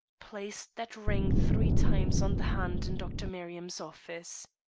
placed that ring three times on the hand in dr. merriam's office.